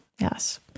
Yes